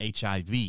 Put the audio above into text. HIV